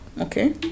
okay